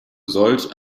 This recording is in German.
solch